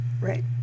Right